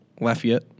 Lafayette